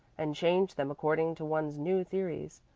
and change them according to one's new theories.